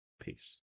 Peace